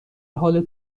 حال